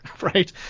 Right